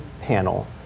panel